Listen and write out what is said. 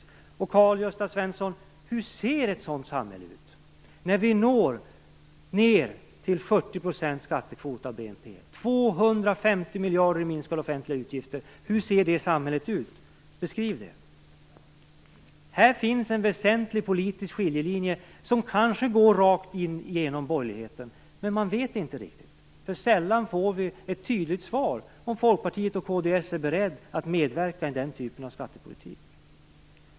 Hur ser, Karl-Gösta Svenson, ett sådant samhälle ut? Hur ser det ut när vi når ned till en skattekvot på 40 % av BNP? Det handlar om 250 miljarder kronor i minskade offentliga utgifter. Hur ser det samhället ut? Beskriv det! Här finns en väsentlig politisk skiljelinje som kanske går rakt igenom borgerligheten, men man vet inte riktigt. Sällan får vi ett tydligt svar om Folkpartiet och Kristdemokraterna är beredda att medverka i den typen av skattepolitik.